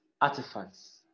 artifacts